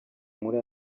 muri